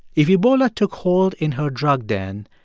if ebola took hold in her drug den,